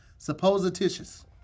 Supposititious